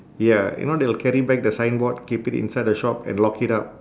ya you know they will carry back the signboard keep it inside the shop and lock it up